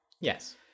Yes